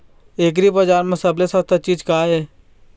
एग्रीबजार म सबले सस्ता चीज का ये?